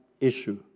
issue